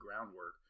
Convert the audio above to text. groundwork